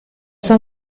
sua